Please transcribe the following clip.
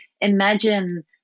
imagine